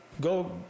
go